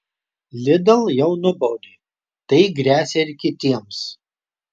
lidl jau nubaudė tai gresia ir kitiems